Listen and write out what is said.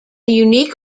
unique